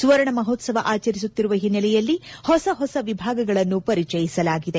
ಸುವರ್ಣ ಮಹೋತ್ವವ ಅಚರಿಸುತ್ತಿರುವ ಹಿನ್ನೆಲೆಯಲ್ಲಿ ಹೊಸ ಹೊಸ ವಿಭಾಗಗಳನ್ನು ಪರಿಚಯಿಸಲಾಗಿದೆ